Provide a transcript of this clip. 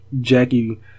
Jackie